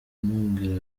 mbwira